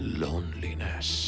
loneliness